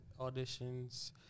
auditions